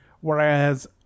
Whereas